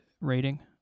rating